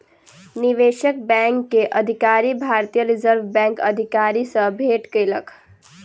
निवेशक बैंक के अधिकारी, भारतीय रिज़र्व बैंकक अधिकारी सॅ भेट केलक